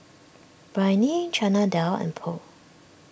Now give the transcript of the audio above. Biryani Chana Dal and Pho